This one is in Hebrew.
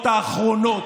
האחרונות,